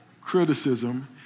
criticism